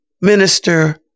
Minister